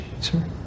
sir